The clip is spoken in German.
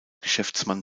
geschäftsmann